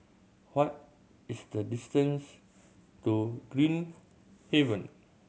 what is the distance to Green Haven